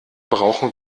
brauchen